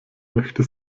möchte